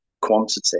quantity